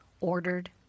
ordered